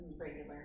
regular